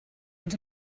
ond